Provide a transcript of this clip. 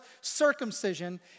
circumcision